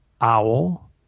owl